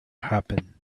happen